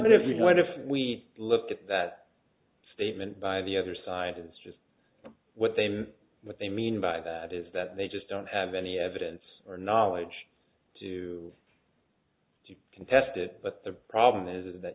that if you had if we looked at that statement by the other side is just what they mean what they mean by that is that they just don't have any evidence or knowledge to contest it but the problem is that